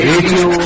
Radio